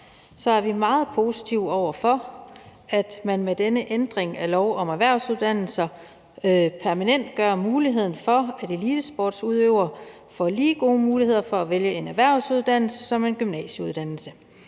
op, er vi meget positive over for, at man med denne ændring af lov om erhvervsuddannelser permanentgør muligheden for, at elitesportsudøvere får lige så gode muligheder for at vælge en erhvervsuddannelse som en gymnasieuddannelse.